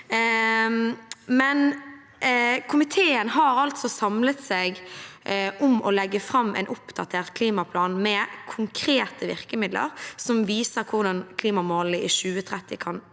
Komiteen har altså samlet seg om å legge fram en oppdatert klimaplan med konkrete virkemidler som viser hvordan klimamålene i 2030 kan